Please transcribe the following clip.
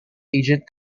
agent